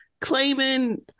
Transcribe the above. claiming